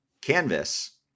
Canvas